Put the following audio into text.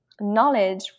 knowledge